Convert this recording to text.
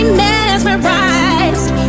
mesmerized